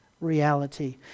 reality